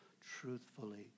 truthfully